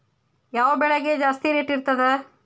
ಯಾವ ಬೆಳಿಗೆ ಜಾಸ್ತಿ ರೇಟ್ ಇರ್ತದ?